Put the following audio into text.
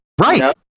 Right